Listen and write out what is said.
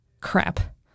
Crap